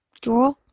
draw